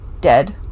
dead